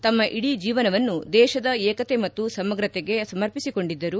ತಮ್ಮ ಇಡೀ ಜೀವನವನ್ನು ದೇಶದ ಏಕತೆ ಮತ್ತು ಸಮಗ್ರತೆಗೆ ಸಮರ್ಪಿಸಿಕೊಂಡಿದ್ದರು